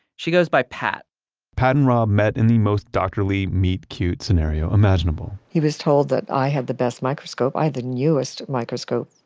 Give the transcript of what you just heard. she goes by pat pat and rob met in the most doctorly meet-cute scenario imaginable he was told that i had the best microscope. i had the newest microscope.